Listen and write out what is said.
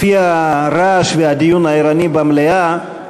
לפי הרעש והדיון הערני במליאה,